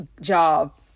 job